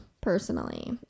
personally